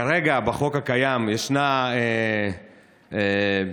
כרגע, בחוק הקיים, איך אומר